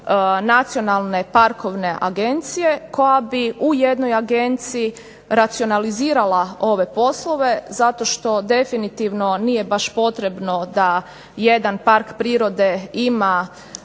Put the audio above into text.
nacionalne parkovne agencije koja bi u jednoj agenciji racionalizirala ove poslove zato što definitivno nije baš potrebno da jedan park prirode ima,